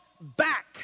back